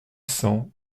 cents